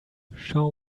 schau